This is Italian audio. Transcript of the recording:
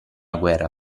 guerra